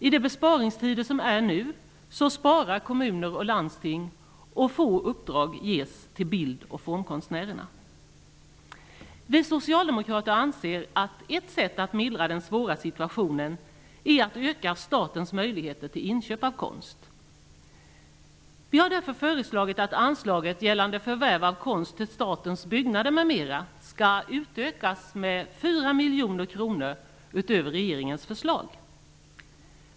I de besparingstider som nu är sparar kommuner och landsting, och få uppdrag ges till bild och formkonstnärerna. Vi socialdemokrater anser att ett sätt att mildra den svåra situationen är att öka statens möjligheter till inköp av konst. Vi har därför föreslagit att anslaget gällande förvärv av konst till statens byggnader m.m. skall utökas med 4 miljoner kronor utöver regeringens förslag.